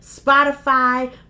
Spotify